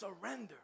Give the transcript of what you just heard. Surrender